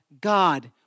God